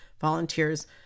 volunteers